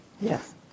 Yes